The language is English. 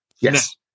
Yes